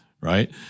right